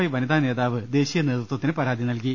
I വനിതാ നേതാവ് ദേശീയ നേതൃത്വത്തിന് പരാതി നൽകി